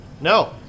no